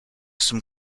some